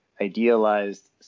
idealized